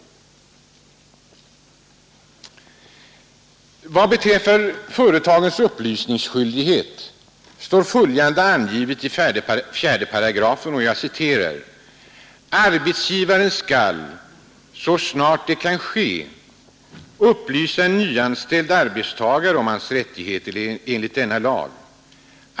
Beträffande företagens upplysningsskyldighet står följande angivet i 48: ”Arbetsgivaren skall så snart det kan ske upplysa nyanställd arbetstagare om hans rättigheter enligt denna lag.